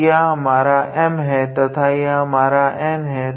तो यह हमारा M है तथा यह हमारा N है